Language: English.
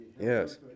Yes